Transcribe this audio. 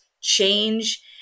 change